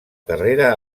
carrera